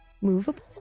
movable